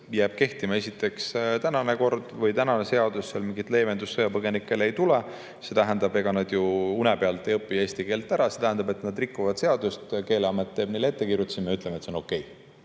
jääks kehtima esiteks tänane kord või tänane seadus, mingit leevendust sõjapõgenikele ei tuleks. Ega nad ju une pealt ei õpi eesti keelt ära, see tähendab, et nad rikuvad seadust, Keeleamet teeb neile ettekirjutusi ja meie ütleme, et see on okei.